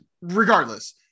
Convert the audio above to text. regardless